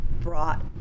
brought